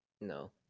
No